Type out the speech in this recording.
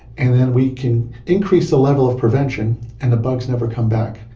and then we can increase the level of prevention and the bugs never come back.